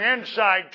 inside